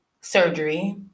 surgery